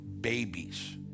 babies